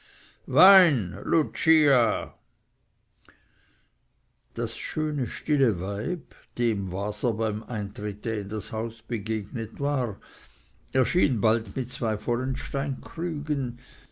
wein lucia das schöne stille weib dem waser beim eintritte in das haus begegnet war erschien bald mit zwei vollen steinkrügen